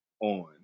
on